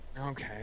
okay